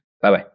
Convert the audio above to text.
Bye-bye